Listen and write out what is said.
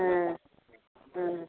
ம் ம்